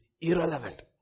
irrelevant